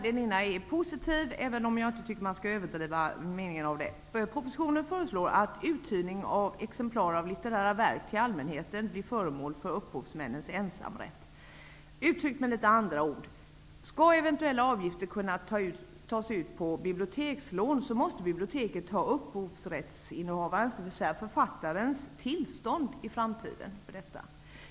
Den ena är positiv, även om jag inte tycker att man skall överdriva betydelsen av den. Propositionen föreslår att uthyrning av exemplar av litterära verk till allmänheten blir föremål för upphovsmännens ensamrätt. Uttryckt med litet andra ord: Skall eventuella avgifter kunna tas ut på bibliotekslån, måste biblioteket ha upphovsrättsinnehavarens, dvs. författarens, tillstånd för detta i framtiden.